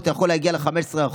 שאתה יכול להגיע ל-15%,